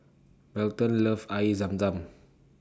Belton loves Air Zam Zam